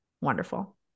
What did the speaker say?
wonderful